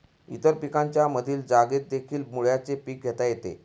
इतर पिकांच्या मधील जागेतदेखील मुळ्याचे पीक घेता येते